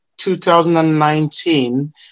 2019